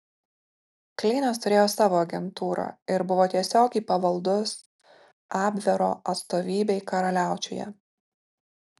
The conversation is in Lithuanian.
kleinas turėjo savo agentūrą ir buvo tiesiogiai pavaldus abvero atstovybei karaliaučiuje